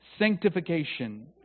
sanctification